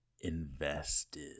invested